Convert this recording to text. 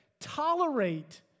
tolerate